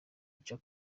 gica